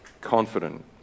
confident